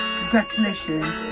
Congratulations